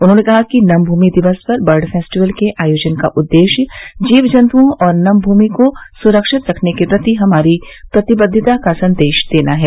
उन्होंने कहा कि नममूमि दिवस पर बर्ड फेस्टिवल के आयोजन का उद्देश्य जीव जतुओं और नममूमि को सुरक्षित रखने के प्रति हमारी प्रतिबद्धता का संदेश देना है